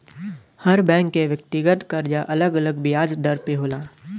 हर bank के व्यक्तिगत करजा अलग अलग बियाज दर पे होला